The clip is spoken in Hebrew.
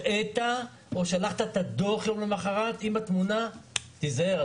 מראה או שולח את הדוח יום למוחרת עם התמונה: תיזהר,